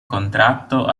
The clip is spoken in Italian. contratto